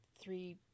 three